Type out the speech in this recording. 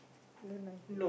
don't lie